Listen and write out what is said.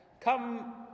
come